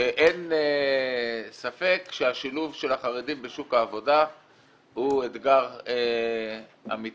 אין ספק שהשילוב של החרדים בשוק העבודה הוא אתגר אמיתי,